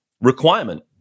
requirement